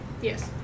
Yes